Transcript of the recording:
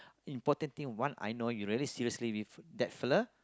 important thing one I know you really seriously with that feeler